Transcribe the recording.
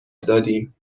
دادیم